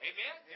Amen